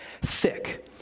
thick